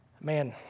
Man